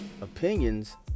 opinions